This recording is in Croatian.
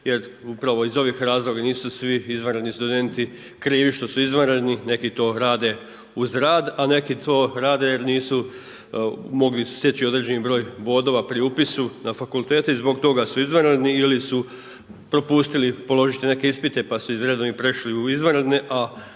jer upravo iz ovih razloga i nisu svi izvanredni studenti krivi što su izvanredni, neki to rade uz rad a neki to rade jer nisu mogli steći određeni broj bodova pri upisu na fakultete i zbog toga su izvanredni ili su propustili položiti neke ispite pa su iz redovnih prešli u izvanredne.